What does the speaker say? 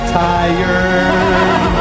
tired